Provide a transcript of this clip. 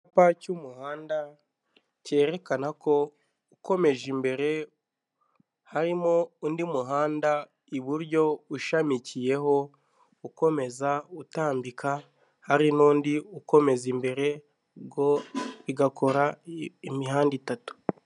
Icyapa cy'umuhanda kerekana ko ukomeje imbere harimo undi muhanda iburyo ushamikiyeho ukomeza utambika, hari n'undi ukomeza imbere ubwo bigakora imihanda itatu.